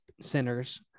centers